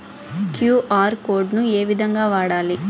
QR code ను ఏ విధంగా వాడాలి?